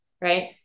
Right